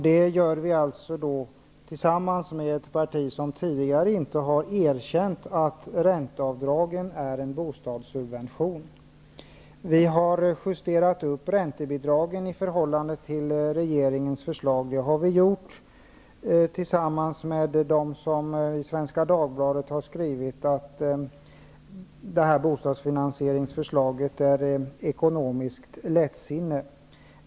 Detta gör vi tillsammans med ett parti som tidigare inte har erkänt att ränteavdragen är en bostadssubvention. Vi har justerat upp räntebidragen i förhållande till regeringens förslag. Det har vi gjort tillsammans med dem som i Svenska Dagbladet har skrivit att förslaget till bostadsfinansieringssystem är ekonomiskt lättsinne.